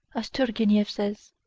as turgenieff says,